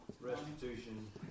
Restitution